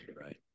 Right